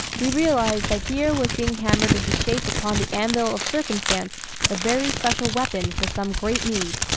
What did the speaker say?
we realize that here was being hammered into shape upon the anvil of circumstance a very special weapon for some great need.